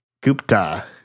Gupta